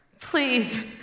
Please